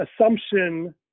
assumption